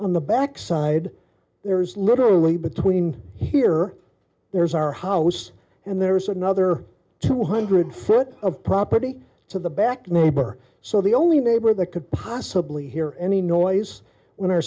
on the back side there's literally between here there's our house and there's another two hundred foot of property to the back neighbor so the only neighbor that could possibly hear any noise when our